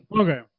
Okay